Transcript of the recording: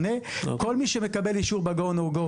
כל מי שמקבל אישור ב-GO /NO GO,